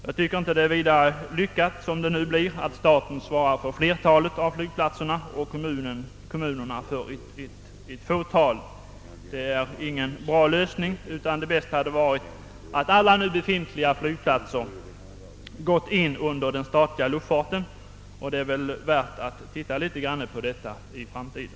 Det är inte särskilt lyckat att, som det nu föreslås, staten skall svara för flertalet av flygplatserna och kommunerna för ytterligt få, utan det bästa hade varit om alla nu befintliga flygplatser lagts wunder det statliga luftfartsverket. Det finns nog anledning att undersöka saken närmare i framtiden.